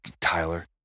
Tyler